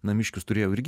namiškius turėjau irgi